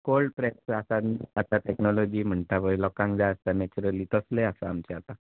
cold press पळय आसा न्ही आतां टॅक्नॉलॉजी म्हणटा पळय लोकांक जाय आसता नॅचरली तसलें आसा आमचें आतां